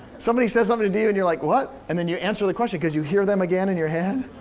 somebody says something to to you and you're like, what? and then you answer the question, cause you hear them again in your head.